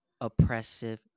oppressive